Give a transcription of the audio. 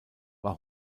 war